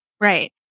Right